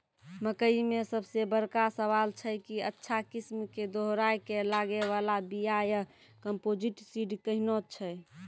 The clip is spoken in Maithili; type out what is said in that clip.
मकई मे सबसे बड़का सवाल छैय कि अच्छा किस्म के दोहराय के लागे वाला बिया या कम्पोजिट सीड कैहनो छैय?